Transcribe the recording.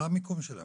מה המיקום שלהם?